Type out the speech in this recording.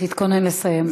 תתכונן לסיים,